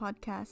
Podcast